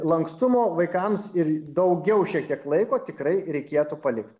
lankstumo vaikams ir daugiau šiek tiek laiko tikrai reikėtų palikt